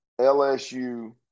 LSU –